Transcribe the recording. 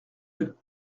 deux